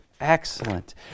excellent